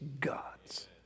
God's